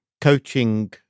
coaching